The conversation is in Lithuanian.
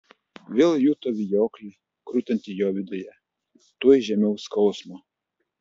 vėl juto vijoklį krutantį jo viduje tuoj žemiau skausmo